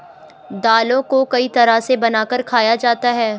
दालों को कई तरह से बनाकर खाया जाता है